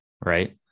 right